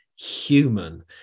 human